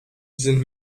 sind